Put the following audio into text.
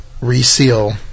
reseal